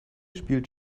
spielt